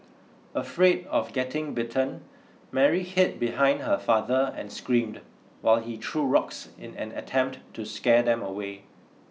afraid of getting bitten Mary hid behind her father and screamed while he threw rocks in an attempt to scare them away